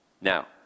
Now